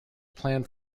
planned